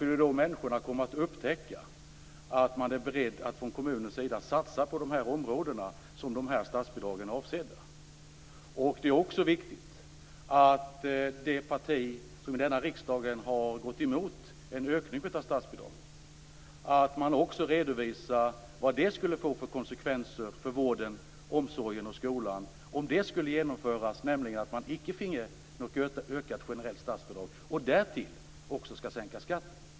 Då kommer människorna att upptäcka att man från kommunernas sida är beredd att satsa på de områden som statsbidragen är avsedda för. Det är också viktigt att det parti som i denna riksdag har gått emot en ökning av statsbidragen också redovisar vilka konsekvenser det skulle få för vården, omsorgen och skolan om det genomfördes, alltså om kommunerna inte fick något ökat generellt statsbidrag. Detta parti skall därtill också sänka skatten.